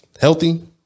healthy